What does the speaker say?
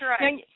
right